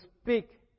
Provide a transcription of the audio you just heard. speak